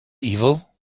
evil